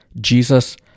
Jesus